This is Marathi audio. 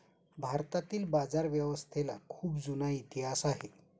भारतातील बाजारव्यवस्थेला खूप जुना इतिहास आहे